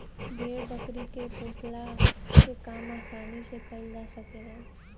भेड़ बकरी के पोसला के काम आसानी से कईल जा सकल जाला